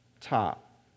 top